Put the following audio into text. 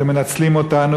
אתם מנצלים אותנו,